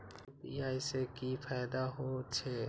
UPI से की फायदा हो छे?